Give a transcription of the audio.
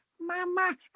mama